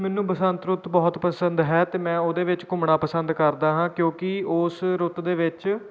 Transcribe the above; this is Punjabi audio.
ਮੈਨੂੰ ਬਸੰਤ ਰੁੱਤ ਬਹੁਤ ਪਸੰਦ ਹੈ ਅਤੇ ਮੈਂ ਉਹਦੇ ਵਿੱਚ ਘੁੰਮਣਾ ਪਸੰਦ ਕਰਦਾ ਹਾਂ ਕਿਉਂਕਿ ਉਸ ਰੁੱਤ ਦੇ ਵਿੱਚ